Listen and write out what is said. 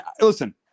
Listen